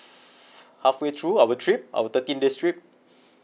halfway through our trip our thirteen days trip